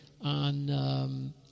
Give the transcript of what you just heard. on